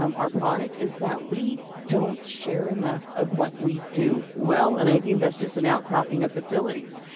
um our product is that we don't share enough of what we do well. and i think that's just an outcropping of facilities.